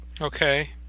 Okay